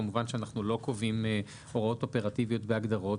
כמובן שאנחנו לא קובעים הוראות אופרטיביות בהגדרות,